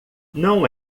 não